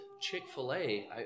Chick-fil-A